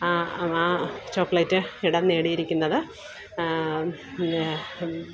ആ ആ ചോക്ലേറ്റ് ഇടം നേടിയിരിക്കുന്നത് പിന്നെ